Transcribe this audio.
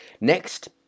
Next